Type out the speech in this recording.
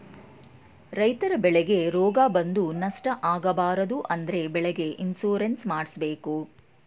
ರೈತರ ಬೆಳೆಗೆ ರೋಗ ಬಂದು ನಷ್ಟ ಆಗಬಾರದು ಅಂದ್ರೆ ಬೆಳೆಗೆ ಇನ್ಸೂರೆನ್ಸ್ ಮಾಡ್ದಸ್ಸಬೇಕು